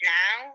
now